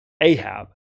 Ahab